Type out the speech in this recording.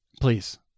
Please